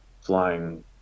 flying